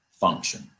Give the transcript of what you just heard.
function